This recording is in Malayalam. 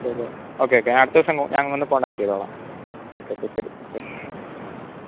ഓക്കെ ഓക്കെ ഞാൻ അടുത്ത ദിവസം ഞാന് ഒന്ന് കോണ്ടേക്റ്റ് ചെയ്തോളാം ഓക്കെ ഓക്കെ ശരി ശരി